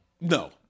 no